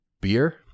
beer